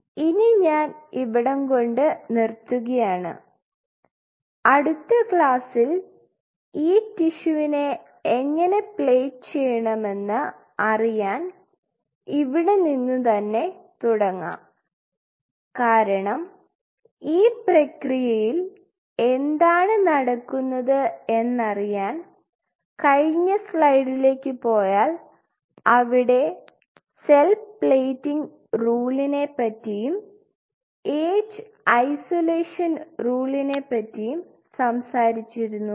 ഇനി ഞാൻ ഇവിടംകൊണ്ട് നിർത്തുകയാണ് അടുത്ത ക്ലാസ്സിൽ ഈ ടിഷ്യുനെ എങ്ങനെ പ്ലേറ്റ് ചെയ്യുമെന്ന് അറിയാൻ ഇവിടെ നിന്നു തന്നെ തുടങ്ങാം കാരണം ഈ പ്രക്രിയയിൽ എന്താണ് നടക്കുന്നത് എന്നറിയാൻ കഴിഞ്ഞ സൈഡിലേക്ക് പോയാൽ അവിടെ സെൽ പ്ലേറ്റിംഗ് റൂളിനെ പറ്റിയും ഏജ് ഐസൊലേഷൻ റൂളിനെ പറ്റിയും സംസാരിച്ചിരുന്നു